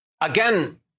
Again